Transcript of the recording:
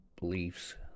beliefs